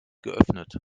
geöffnet